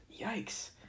Yikes